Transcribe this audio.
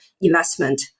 investment